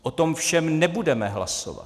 O tom všem nebudeme hlasovat.